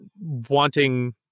wanting